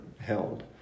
held